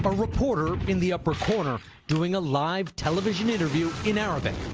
but reporter in the upper corner doing a live television interview in arabic.